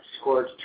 scored